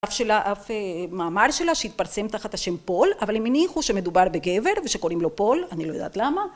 אף מאמר שלה שהתפרסם תחת השם פול, אבל הם הניחו שמדובר בגבר ושקוראים לו פול, אני לא יודעת למה.